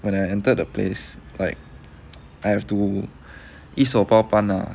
when I entered the place like I have to 一手包办 lah